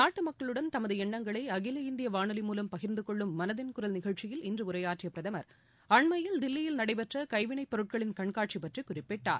நாட்டு மக்களுடன் தமது எண்ணங்களை அகில இந்திய வானொலி மூலம் பகிர்ந்துகொள்ளும் மளதின் குரல் நிகழ்ச்சியில் இன்று உரையாற்றிய பிரதமா் அண்மையில் தில்லியில் நடைபெற்ற கைவினைப் பொருட்களின் கண்காட்சி பற்றி குறிப்பிட்டார்